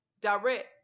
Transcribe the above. direct